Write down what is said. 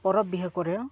ᱯᱚᱨᱚᱵᱽ ᱯᱤᱦᱟᱹ ᱠᱚᱨᱮ